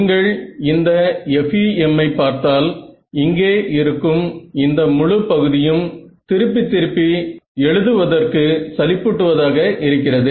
நீங்கள் இந்த FEM ஐ பார்த்தால் இங்கே இருக்கும் இந்த முழு பகுதியும் திருப்பி திருப்பி எழுதுவதற்கு சலிப்பூட்டுவதாக இருக்கிறது